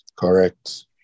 Correct